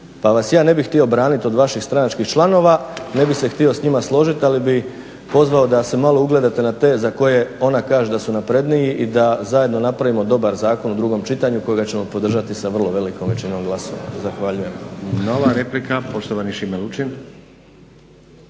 Pa vas ja ne bih htio braniti od vaših stranačkih članova, ne bih se htio s njima složiti ali bi pozvao da se malo ugledate na te za koje ona kaže da su napredniji i da zajedno napravimo dobar zakon u drugom čitanju kojega ćemo podržati sa vrlo velikom većinom glasova. Zahvaljujem. **Stazić, Nenad (SDP)** Nova replika poštovani Šime Lučin.